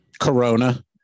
Corona